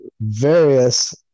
various